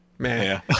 Man